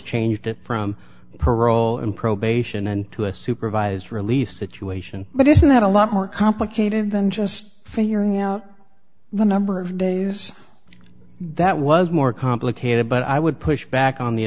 changed it from parole and probation and to a supervised release situation but isn't that a lot more complicated than just figuring out the number of days that was more complicated but i would push back on the